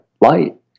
light